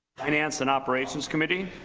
finance and operations committee.